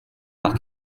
par